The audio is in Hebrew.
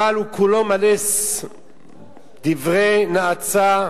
אבל הוא כולו מלא דברי נאצה,